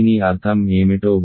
దీని అర్థం ఏమిటో గుర్తుందా